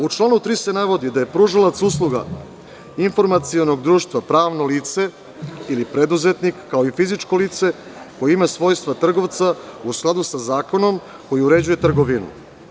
U članu 3. se navodi da je pružaoc usluga informacionog društva pravno lice ili preduzetnik kao i fizičko lice koje ima svojstva trgovca u skladu sa zakonom koji uređuje trgovinu.